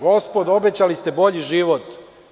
Gospodo obećali ste bolji život.